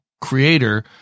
creator